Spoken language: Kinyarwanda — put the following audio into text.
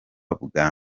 bwa